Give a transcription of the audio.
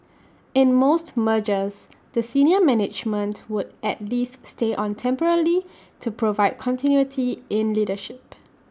in most mergers the senior management would at least stay on temporarily to provide continuity in leadership